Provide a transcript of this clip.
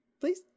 please